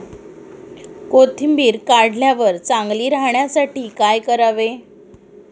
कोथिंबीर काढल्यावर चांगली राहण्यासाठी काय करावे?